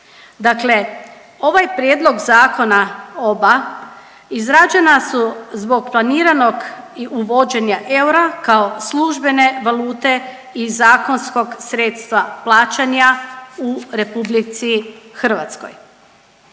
Dakle, ovaj prijedlog zakona oba izrađena su zbog planiranog i uvođenja eura kao službene valute i zakonskog sredstva plaćanja u Republici Hrvatskoj.